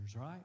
right